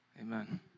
amen